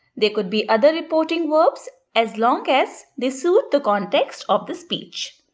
there could be other reporting verbs as long as they suit the context of the speech.